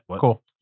Cool